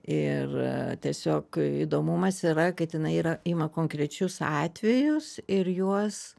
ir tiesiog įdomumas yra kad jinai yra ima konkrečius atvejus ir juos